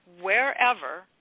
wherever